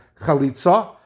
chalitza